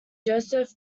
joseph